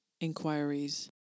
inquiries